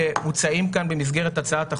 שמוצעים כאן במסגרת הצעת החוק,